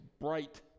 bright